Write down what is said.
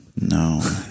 No